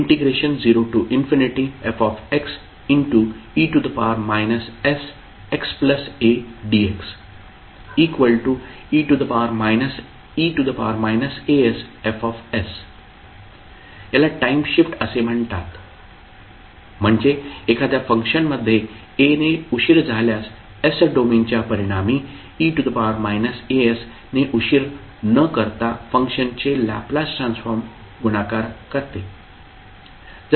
तर शेवटी तुम्हाला जे मिळाले ते आहे Lft au0fxe sxadxe asF याला टाईम शिफ्ट असे म्हणतात म्हणजे एखाद्या फंक्शन मध्ये a ने उशीर झाल्यास s डोमेनच्या परिणामी e as ने उशीर न करता फंक्शनचे लॅपलास ट्रान्सफॉर्म गुणाकार करते